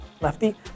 lefty